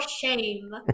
shame